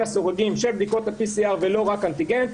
הסורגים של בדיקות ה-PCR ולא רק אנטיגן.